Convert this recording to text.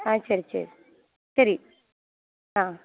ஆ சரி சரி சரி ஆ